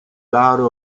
laurea